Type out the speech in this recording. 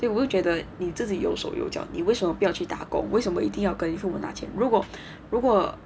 我就觉得你有手有脚你为什么不要去打工为什么一定要跟父母拿钱如果如果